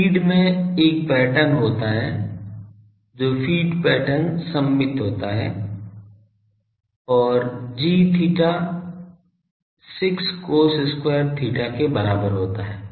feed में एक pattern होता है जो फ़ीड पैटर्न सममित होता है और g theta 6 cos square theta के बराबर होता है